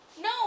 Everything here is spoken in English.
No